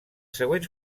següents